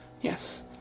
Yes